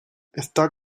está